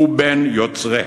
הוא בין יוצריה.